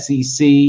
SEC